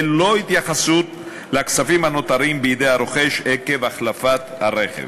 ללא התייחסות לכספים הנותרים בידי הרוכש עקב החלפת הרכב.